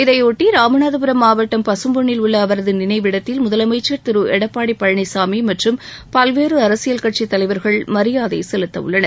இதைபொட்டி ராமநாதபுரம் மாவட்டம் பசும்பொன்னில் உள்ள அவரது நினைவிடத்தில் முதலமைச்சர் திரு எடப்பாடி பழனிசாமி மற்றும் பல்வேறு அரசியல் கட்சித் தலைவர்கள் மரியாதை செலுத்தவுள்ளனர்